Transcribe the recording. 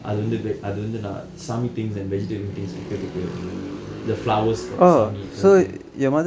அது வந்து வை அது வந்து நான் சாமி:athu vandthu athu vandthu vai athu vandthu naan saami things and vegetarian things வைக்குறதுக்கு:vaikkurathukku the flowers for the சாமி:saami everything